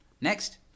Next